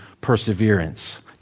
perseverance